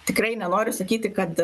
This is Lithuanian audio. tikrai nenoriu sakyti kad